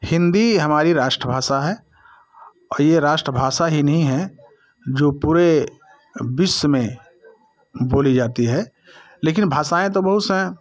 हिंदी हमारी राष्ट्रभाषा है और ये राष्ट्रभाषा ही नहीं है जो पूरे विश्व में बोली जाती है लेकिन भाषाएँ तो बहुत सी हैं